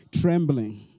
Trembling